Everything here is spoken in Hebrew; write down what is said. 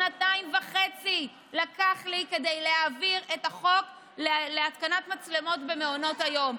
שנתיים וחצי לקח לי להעביר את החוק להתקנת מצלמות במעונות היום.